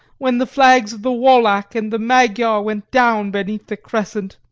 when the flags of the wallach and the magyar went down beneath the crescent?